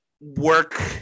work